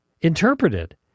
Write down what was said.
Interpreted